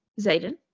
Zayden